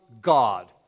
God